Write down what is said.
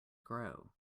grow